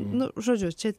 nu žodžiu čia